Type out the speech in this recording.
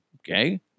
okay